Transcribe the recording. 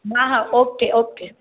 हा हा okay okay